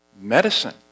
medicine